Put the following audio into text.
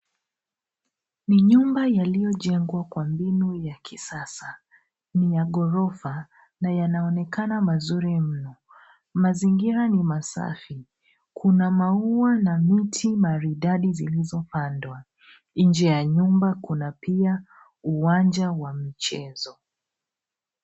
Ni nyumba yaliyojengwa kwa mbinu ya kisasa. Ni ya ghorofa na yanaonekana mazuri mno. Mazingira mi masafi. Kuna maua na miti maridadi zilizopandwa. Nje ya nyumba kuna pia uwanja wa michezo.